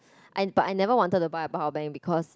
I but I never wanted to buy a power bank because